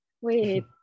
Wait